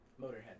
Motorhead